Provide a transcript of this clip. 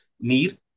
need